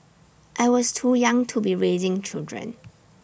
I was too young to be raising children